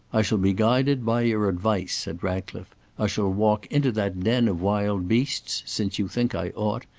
i shall be guided by your advice, said ratcliffe i shall walk into that den of wild beasts, since you think i ought.